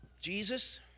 Jesus